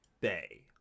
bay